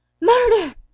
murder